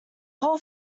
whole